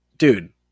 Dude